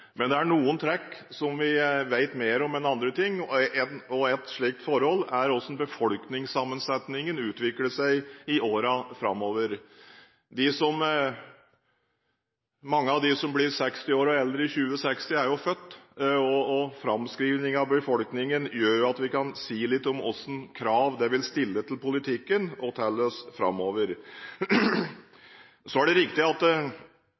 Men det er noen trekk som vi vet mer om enn andre ting. Ett slikt forhold er hvordan befolkningssammensetningen utvikler seg i årene framover. De som blir 60 år og eldre i 2060, er født, og framskrivningen i befolkningen gjør at vi kan si litt om hvilke krav det vil stille til politikken og til oss framover. Så er det riktig at